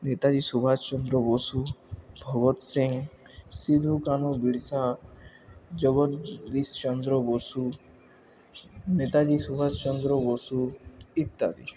নেতাজি সুভাষচন্দ্র বসু ভগত সিং সিধু কানু বিরসা জগদীশচন্দ্র বসু নেতাজি সুভাষচন্দ্র বসু ইত্যাদি